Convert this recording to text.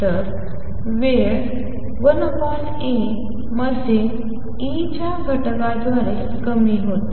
तर वेळ 1A मध्ये E च्या घटकाद्वारे कमी होते